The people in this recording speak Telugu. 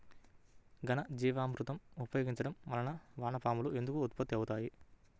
ఘనజీవామృతం ఉపయోగించటం వలన వాన పాములు ఎందుకు ఉత్పత్తి అవుతాయి?